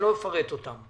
אני לא אפרט אותן.